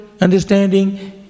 understanding